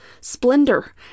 Splendor